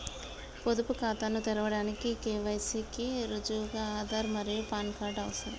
పొదుపు ఖాతాను తెరవడానికి కే.వై.సి కి రుజువుగా ఆధార్ మరియు పాన్ కార్డ్ అవసరం